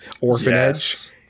orphanage